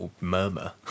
Murmur